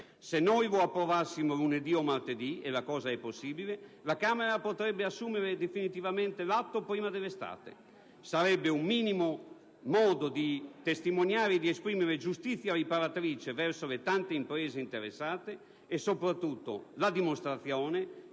Se noi lo approvassimo lunedì o martedì - e sarebbe possibile - la Camera dei deputati potrebbe assumere l'atto prima dell'estate. Sarebbe un modo minimo di testimoniare e di esprimere giustizia riparatrice verso le tante imprese interessate e, soprattutto, la dimostrazione